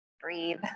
Breathe